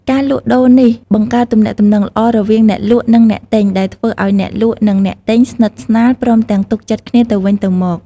ការលក់ដូរនេះបង្កើតទំនាក់ទំនងល្អរវាងអ្នកលក់ និងអ្នកទិញ ដែលធ្វើឲ្យអ្នកលក់និងអ្នកទិញស្និទ្ធស្នាល ព្រមទាំងទុកចិត្តគ្នាទៅវិញទៅមក។